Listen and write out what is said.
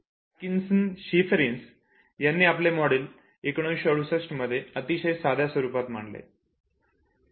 Atkinson Shiffrin's यांनी आपले model 1968 मध्ये अतिशय साध्या स्वरूपात मांडले